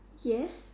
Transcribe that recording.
yes